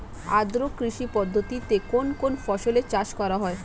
আদ্র কৃষি পদ্ধতিতে কোন কোন ফসলের চাষ করা হয়?